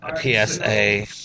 PSA